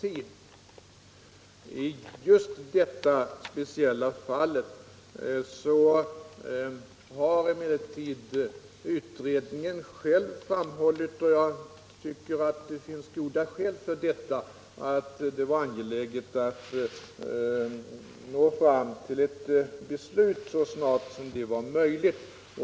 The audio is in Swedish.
I just detta speciella fall har emellertid utredningen själv framhållit att det var angeläget att nå fram till ett beslut så snart som möjligt, och jag tycker att det finns goda skäl för det.